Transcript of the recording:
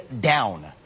down